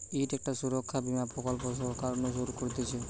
ইটা একটা সুরক্ষা বীমা প্রকল্প সরকার নু শুরু করতিছে